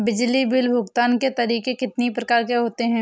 बिजली बिल भुगतान के तरीके कितनी प्रकार के होते हैं?